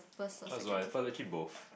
that's why so I'm actually both